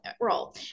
role